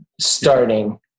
starting